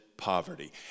poverty